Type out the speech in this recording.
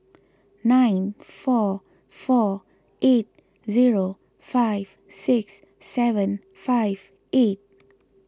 nine four four eight zero five six seven five eight